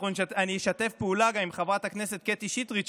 אני גם אשתף פעולה עם חברת הכנסת קטי שטרית,